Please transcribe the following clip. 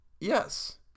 Yes